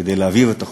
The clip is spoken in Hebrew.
כדי להעביר את החוק,